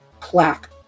Plaque